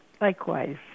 Likewise